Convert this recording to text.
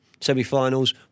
Semi-finals